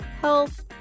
health